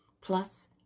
Plus